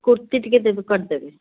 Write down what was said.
କୂର୍ତ୍ତି ଟିକେ ଦେବେ କରିଦେବେ